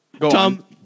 Tom